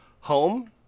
Home